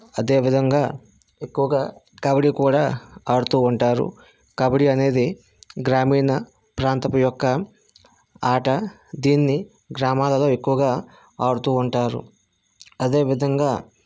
అదేవిధంగా ఎక్కువగా కబడ్డీ కూడా ఆడుతూ ఉంటారు కబడ్డీ అనేది గ్రామీణ ప్రాంతపు యొక్క ఆట దీన్ని గ్రామాలలో ఎక్కువగా ఆడుతూ ఉంటారు అదేవిధంగా